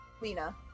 Lena